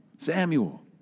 Samuel